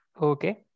Okay